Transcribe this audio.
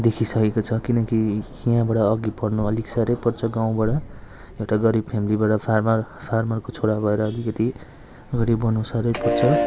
देखिसकेको छ किनकि यहाँबाट अघि बढ्नु अलिक साह्रै पर्छ गाउँबाट एउटा गरिब फ्यामिलीबाट फार्मर फार्मरको छोरा भएर अलिकति अगाडि बढ्नु साह्रै पर्छ